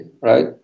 right